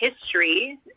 history